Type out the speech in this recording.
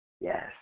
Yes